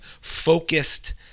focused